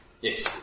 Yes